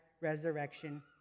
resurrection